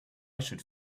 should